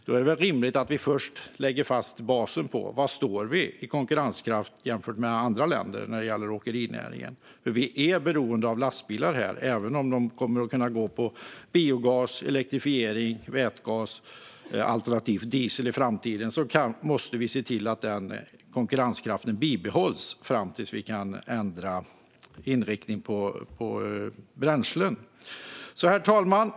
Det är rimligt att vi först lägger fast basen - var vi står i konkurrenskraft jämfört med andra länder när det gäller åkerinäringen. Vi är nämligen beroende av lastbilar oavsett om de kommer att drivas med biogas, el, vätgas eller diesel i framtiden. Vi måste se till att konkurrenskraften bibehålls tills vi kan ändra inriktning på bränslena. Herr talman!